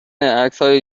عکسهای